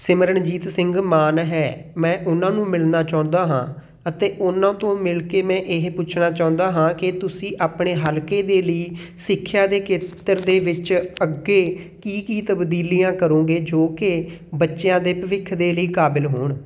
ਸਿਮਰਨਜੀਤ ਸਿੰਘ ਮਾਨ ਹੈ ਮੈਂ ਉਹਨਾਂ ਨੂੰ ਮਿਲਣਾ ਚਾਹੁੰਦਾ ਹਾਂ ਅਤੇ ਉਹਨਾਂ ਤੋਂ ਮਿਲ ਕੇ ਮੈਂ ਇਹ ਪੁੱਛਣਾ ਚਾਹੁੰਦਾ ਹਾਂ ਕਿ ਤੁਸੀਂ ਆਪਣੇ ਹਲਕੇ ਦੇ ਲਈ ਸਿੱਖਿਆ ਦੇ ਖੇਤਰ ਦੇ ਵਿੱਚ ਅੱਗੇ ਕੀ ਕੀ ਤਬਦੀਲੀਆਂ ਕਰੋਂਗੇ ਜੋ ਕਿ ਬੱਚਿਆਂ ਦੇ ਭਵਿੱਖ ਦੇ ਲਈ ਕਾਬਿਲ ਹੋਣ